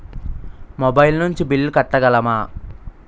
Mobile నుంచి bill కట్టగలమ?